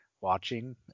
watching